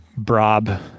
Brob